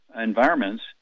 environments